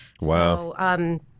Wow